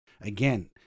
again